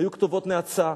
היו כתובות נאצה.